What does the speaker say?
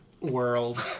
world